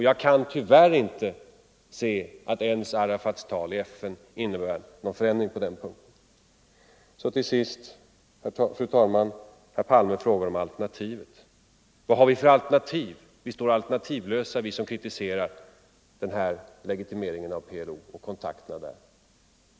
Jag kan tyvärr inte se att ens Arafats tal i FN innebär någon förändring på den punkten. Till sist, fru talman! Herr Palme frågar om alternativet. Han menar att vi som kritiserar legitimeringen av PLO och kontakterna med den organisationen står alternativlösa.